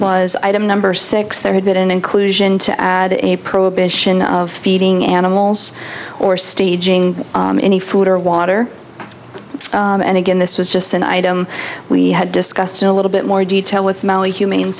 was item number six there had been an inclusion to add a prohibition of feeding animals or staging any food or water and again this was just an item we had discussed in a little bit more detail w